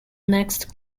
next